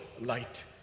light